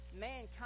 mankind